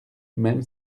même